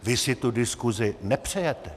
Vy si tu diskuzi nepřejete.